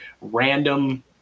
random